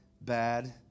bad